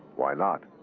why not?